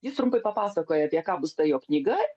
jis trumpai papasakoja apie ką bus ta jo knyga